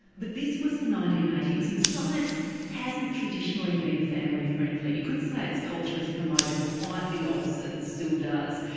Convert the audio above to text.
but this was the nineteen eighty s, and science hasn't traditionally been family friendly, you could say its culture is promoted quite the opposite and still does.